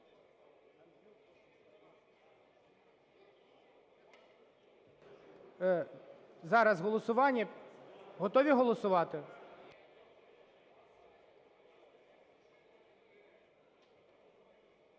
Зараз голосування. Готові голосувати?